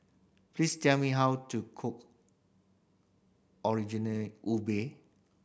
please tell me how to cook ubi